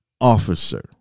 officer